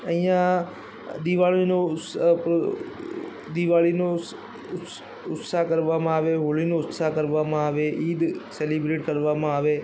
અહીંયા દિવાળીનો ઉત્સવ દિવાળીનો ઉત્સ ઉત્સા કરવામાં આવે હોળીનો ઉત્સાહ કરવામાં આવે ઈદ સેલિબ્રેટ કરવામાં આવે